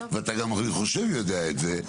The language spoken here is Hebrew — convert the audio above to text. ואתה גם יודע את זה,